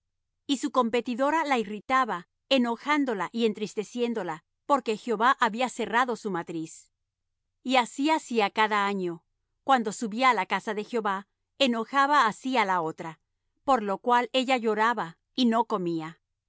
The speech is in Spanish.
y su competidora la irritaba enojándola y entristeciéndola porque jehová había cerrado su matriz y así hacía cada año cuando subía á la casa de jehová enojaba así á la otra por lo cual ella lloraba y no comía y